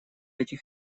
этих